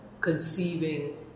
conceiving